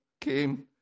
came